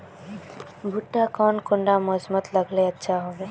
भुट्टा कौन कुंडा मोसमोत लगले अच्छा होबे?